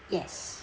yes